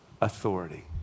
authority